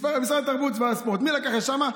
משרד התרבות והספורט, מי לקח משם?